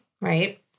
right